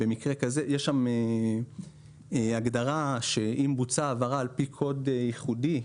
יש שם הגדרה שאם בוצעה העברה על פי קוד ייחודי,